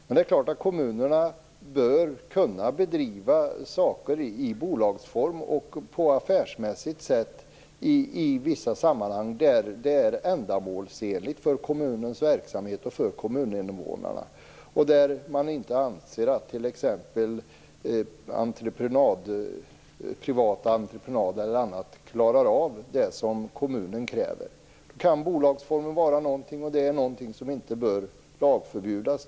Men det är klart att kommunerna bör kunna bedriva verksamheter i bolagsform på ett affärsmässigt sätt i vissa sammanhang där det är ändamålsenligt för kommunens verksamhet och för kommuninvånarna och där man inte anser att t.ex. privata entreprenader eller annat klarar av det som kommunen kräver. Då kan bolagsformen vara ett alternativ, och det är något som inte bör förbjudas.